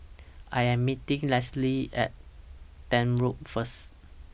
I Am meeting Lesly At Tank Road First